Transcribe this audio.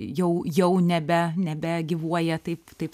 jau jau nebe nebegyvuoja taip taip